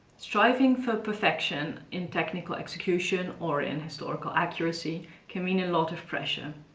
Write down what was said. striving for perfection in technical execution or in historical accuracy can mean a lot of pressure.